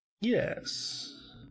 Yes